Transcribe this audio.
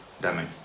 damage